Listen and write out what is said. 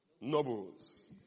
Nobles